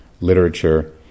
literature